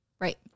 Right